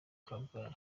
kabgayi